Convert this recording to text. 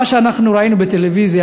מה שאנחנו ראינו בטלוויזיה,